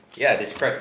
yeah describe